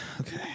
Okay